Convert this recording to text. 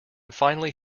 finally